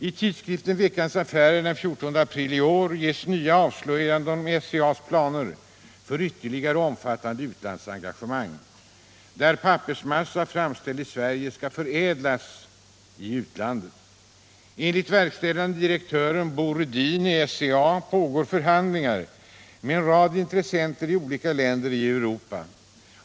I tidskriften Veckans Affärer den 14 april i år ges nya avslöjanden om SCA:s planer för ytterligare och omfattande utlandsengagemang, där pappersmassa som är framställd i Sverige skall förädlas i utlandet. Enligt verkställande direktören Bo Rydin i SCA pågår förhandlingar med en rad intressenter i olika länder i Europa.